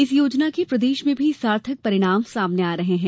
इस योजना के प्रदेश में भी सार्थक परिणाम सामने आ रहे हैं